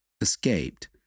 escaped